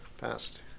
Passed